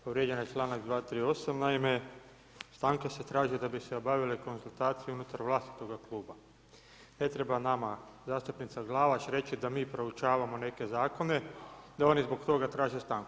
Povređen je članak 328., naime, stanka se traži da bi se obavile konzultacije unutar vlastitoga Kluba, ne treba nama zastupnica Glavak reći da mi proučavamo neke Zakone da oni zbog toga traže stanku.